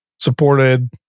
supported